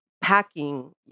packing